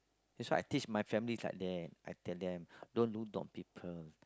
that's why I teach my family like that I tell them don't look down on people